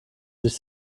sich